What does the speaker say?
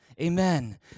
Amen